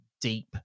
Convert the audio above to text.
deep